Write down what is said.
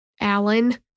Alan